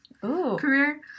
career